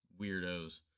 weirdos